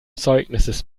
zeugnisses